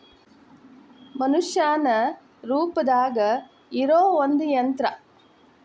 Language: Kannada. ಮನಷ್ಯಾನ ರೂಪದಾಗ ಇರು ಒಂದ ಯಂತ್ರ